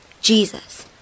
Jesus